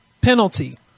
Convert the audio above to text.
penalty